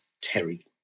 Terry